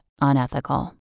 unethical